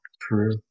true